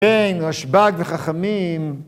כן, רשבק וחכמים.